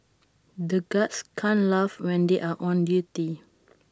the guards can't laugh when they are on duty